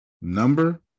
number